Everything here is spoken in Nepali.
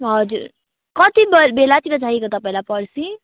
हजुर कति ब बेलातिर चाहिएको तपाईँलाई पर्सी